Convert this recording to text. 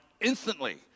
instantly